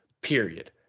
period